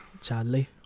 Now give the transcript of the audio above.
Charlie